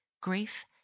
Grief